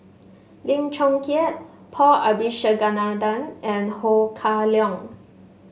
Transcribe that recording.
Lim Chong Keat Paul Abisheganaden and Ho Kah Leong